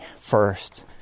first